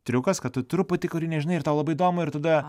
triukas kad tu truputį kurį nežinai ir tau labai įdomu ir tada